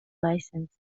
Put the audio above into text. license